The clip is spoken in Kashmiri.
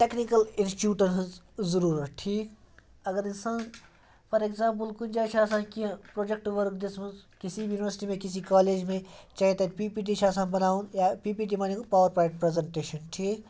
ٹٮ۪کنِکٕل اِنسچوٗٹَن ہٕنٛز ضٔروٗرت ٹھیٖک اگر اِنسان فار اٮ۪گزامپٕل کُنہِ جایہِ چھِ آسان کیٚنٛہہ پرٛوجَکٹ ؤرٕک دِژمٕژ کِسی یوٗنیوَرسِٹی میں کسی کالیج مےٚ چاہے تَتہِ پی پی ٹی چھِ آسان بَناوُن یا پی پی ٹی معنی گوٚو پاوَر پویِنٛٹ پرٛٮ۪زَنٹیشَن ٹھیٖک